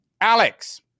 Alex